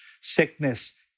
sickness